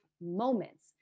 moments